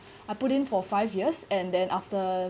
I put in for five years and then after